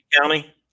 County